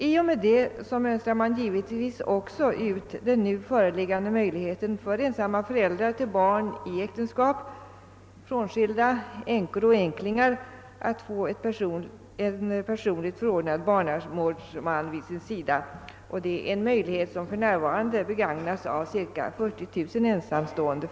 I och med det mönstrar man givetvis ut den nu föreliggande möjligheten för ensamma föräldrar till barn inom äktenskap — frånskilda, änkor och änklingar — att få en personligt förordnad barnavårdsman vid sin sida. Det är en möjlighet som för närvarande begagnas av ca 40000 ensamma föräldrar.